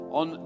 on